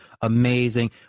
amazing